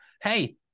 hey